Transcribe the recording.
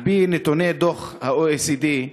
על-פי נתוני דוח ה-OECD,